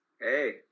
Hey